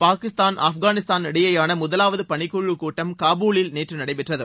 பாகிஸ்தான் ஆப்கானிஸ்தான் இடையேயான முதலாவது பணிக்குழுக் கூட்டம் காபூலில் நேற்று நடைபெற்றது